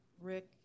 Rick